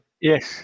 yes